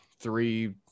three